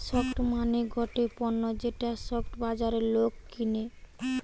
stock মানে গটে পণ্য যেটা স্টক বাজারে লোক কিনে